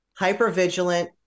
hypervigilant